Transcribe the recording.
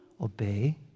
obey